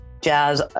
jazz